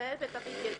שמתעד את ה-PTSD.